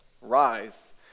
Rise